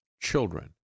children